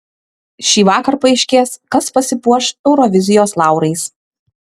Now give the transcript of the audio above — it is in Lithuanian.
šįvakar paaiškės kas pasipuoš eurovizijos laurais